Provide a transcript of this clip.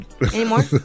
anymore